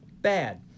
bad